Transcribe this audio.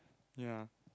ya